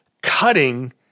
cutting